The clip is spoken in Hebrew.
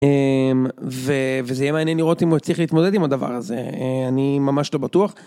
וזה יהיה מעניין לראות אם הוא יצליח להתמודד עם הדבר הזה, אני ממש לא בטוח.